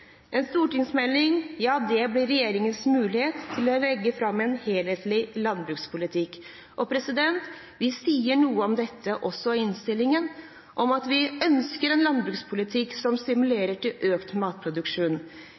å legge fram en helhetlig landbrukspolitikk. Vi sier noe om dette i innstillingen. Vi ønsker en landbrukspolitikk som stimulerer «til økt matproduksjon».